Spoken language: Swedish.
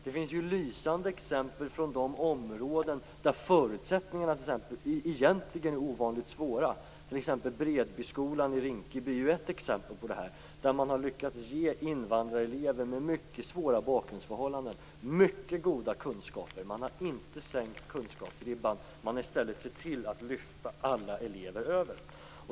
Det finns lysande exempel från de områden där förutsättningarna egentligen är ovanligt svåra, t.ex. Bredbyskolan i Rinkeby. Där har man lyckats ge invandrarelever med mycket svåra bakgrundsförhållanden mycket goda kunskaper. Man har inte sänkt kunskapsribban. Man har i stället sett till att lyfta alla elever över.